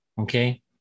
okay